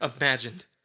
imagined